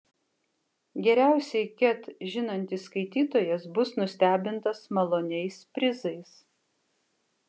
geriausiai ket žinantis skaitytojas bus nustebintas maloniais prizais